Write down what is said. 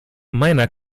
meiner